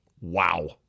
Wow